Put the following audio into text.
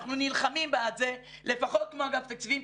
אנחנו נלחמים בעד זה לפחות כמו אגף תקציבים.